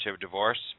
divorce